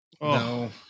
No